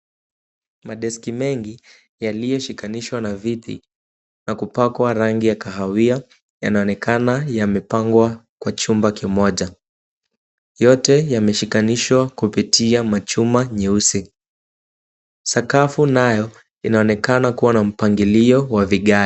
Madeski mengi yaliyoshikanishwa na viti na kupakwa rangi ya kahawia, yanaonekana yamepangwa kwa chumba kimoja. Yote yameshikanishwa kupitia machuma nyeusi. Sakafu nayo inaonekana kuwa na mpangilio wa vigae.